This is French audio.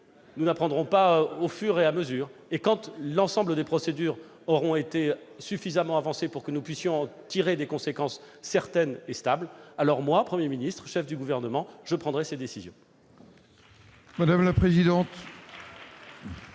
Nous avons déjà tant appris ! Et quand l'ensemble des procédures seront suffisamment avancées pour que nous puissions en tirer des conséquences certaines et stables, alors moi, Premier ministre, chef du Gouvernement, je prendrai les décisions qui doivent